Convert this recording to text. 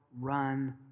run